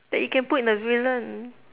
that you can put in the villain